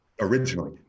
originally